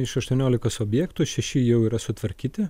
iš aštuoniolikos objektų šeši jau yra sutvarkyti